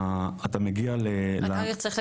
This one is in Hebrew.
אתה מגיע ל --- רק אם אפשר,